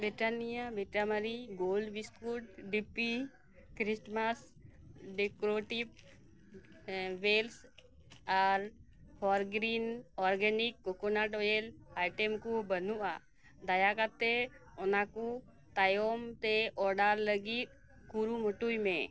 Britannia Vita Marie Gold biscuits DP Christmas decorative bells ᱟᱨ Forgreen organic coconut oil item ᱠᱚ ᱵᱟᱹᱱᱩᱜ ᱟ ᱫᱟᱭᱟ ᱠᱟᱛᱮᱫ ᱚᱱᱟᱠᱚ ᱛᱟᱭᱚᱢ ᱛᱮ ᱚᱰᱟᱨ ᱞᱟᱹᱜᱤᱫ ᱠᱩᱨᱩᱢᱩᱴᱩᱭ ᱢᱮ